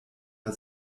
der